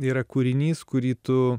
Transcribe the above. yra kūrinys kurį tu